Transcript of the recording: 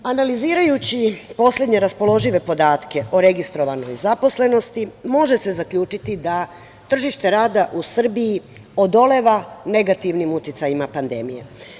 Analizirajući poslednje raspoložive podatke o registrovanoj zaposlenosti, može se zaključiti da tržište rada u Srbiji odoleva negativnim uticajima pandemije.